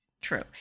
true